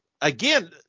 again